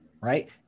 right